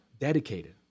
dedicated